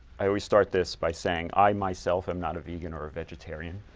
i always start this by saying i myself am not a vegan or a vegetarian,